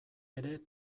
ere